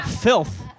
filth